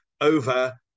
over